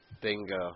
Bingo